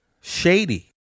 shady